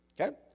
Okay